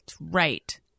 Right